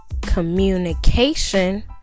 communication